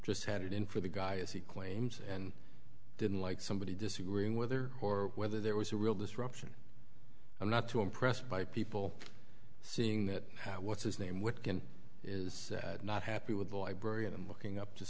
just had it in for the guy as he claims and didn't like somebody disagreeing with her or whether there was a real disruption i'm not too impressed by people seeing that what's his name which is not happy with the librarian and looking up to